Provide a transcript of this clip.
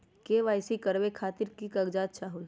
KYC करवे खातीर के के कागजात चाहलु?